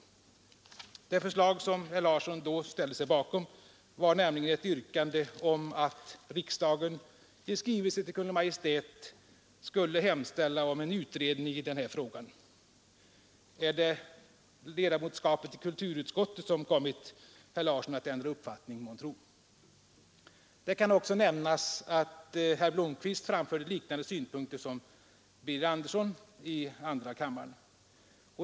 Det förslag som herr Larsson då ställde sig bakom var nämligen ett yrkande om att riksdagen i en skrivelse till Kungl. Maj:t skulle hemställa om en utredning i den här frågan. Är det ledamotskapet i kulturutskottet som kommit herr Larsson att ändra uppfattning, månntro? Det kan också nämnas att herr Blomkvist i andra kammaren framförde synpunkter liknande dem som herr Andersson framförde.